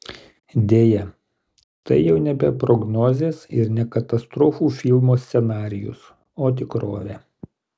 deja tai jau nebe prognozės ir ne katastrofų filmo scenarijus o tikrovė